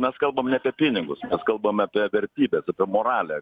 mes kalbam ne apie pinigus kalbam apie vertybes apie moralę